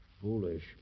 foolish